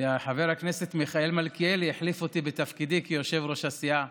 וחבר הכנסת מיכאל מלכיאלי החליף אותי בתפקידי כיושב-ראש הסיעה.